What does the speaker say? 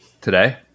Today